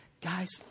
guys